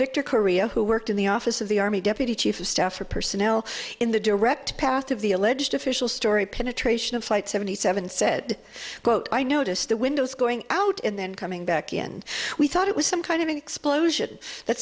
victor korea who worked in the office of the army deputy chief of staff for personnel in the direct path of the alleged official story penetration of flight seventy seven said quote i noticed the windows going out and then coming back and we thought it was some kind of an explosion that